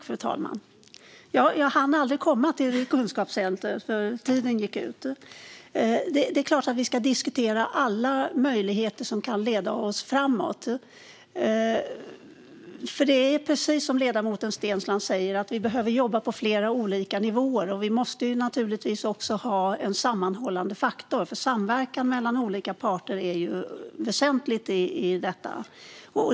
Fru talman! Ja, jag hann aldrig komma till detta med kunskapscentrum, för talartiden tog slut. Det är klart att vi ska diskutera alla möjligheter som kan leda oss framåt. Det är precis som ledamoten Steensland säger: att vi behöver jobba på flera olika nivåer. Vi måste naturligtvis också ha en sammanhållande faktor, för samverkan mellan olika parter är väsentligt i detta.